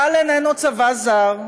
צה"ל איננו צבא זר,